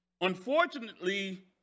unfortunately